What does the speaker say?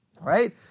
right